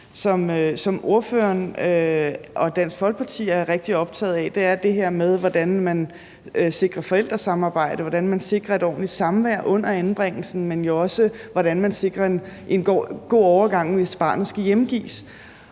som ordføreren og Dansk Folkeparti er rigtig optaget af, er det her med, hvordan man sikrer forældresamarbejde, og hvordan man sikrer et ordentligt samvær under anbringelsen, men jo også, hvordan man sikrer en god overgang, hvis barnet skal hjemgives.